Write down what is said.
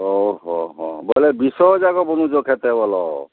ଓହୋ ହୋ ବୋଲେ ବିଷ ଯାକ ବୁଣୁଛ କ୍ଷେତେ ବଲ